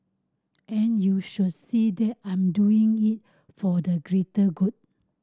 and you shall see that I'm doing it for the greater good